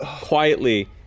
quietly